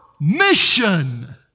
mission